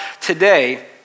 today